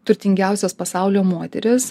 turtingiausias pasaulio moteris